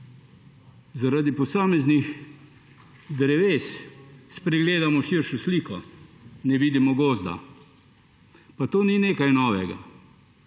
Zaradi posameznih dreves spregledamo širšo sliko, ne vidimo gozda. Pa to ni nekaj novega.